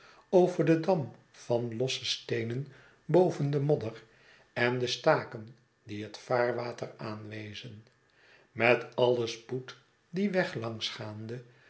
over den dam van losse steenen boven de modder en de staken die het vaarwater aanwezen met alien spoed dien weg langs gaande